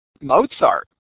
Mozart